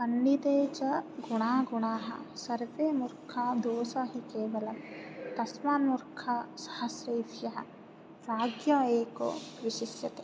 पण्डिते च गुणा गुणाः सर्वे मूर्खा दोषः हि केवलं तस्मान् मूर्खः सहस्रेभ्यः प्राज्ञः एको विशिष्यते